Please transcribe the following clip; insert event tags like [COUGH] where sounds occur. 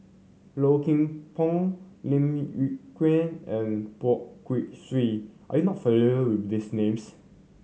Low Kim Pong Lim Yew Kuan and Poh Kay Swee are you not [UNINTELLIGIBLE] with these names